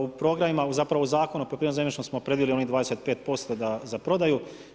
U programima, zapravo u Zakonu o poljoprivrednom zemljištu smo predvidjeli onih 25% za prodaju.